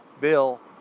bill